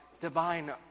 divine